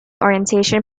orientation